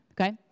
okay